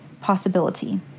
possibility